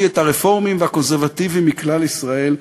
את הרפורמים והקונסרבטיבים מכלל ישראל,